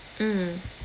mm